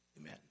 Amen